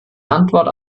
antwort